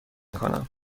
کنم